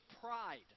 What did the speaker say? pride